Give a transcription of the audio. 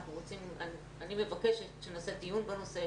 אני מבקשת שנעשה דיון בנושא,